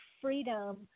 freedom